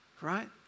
right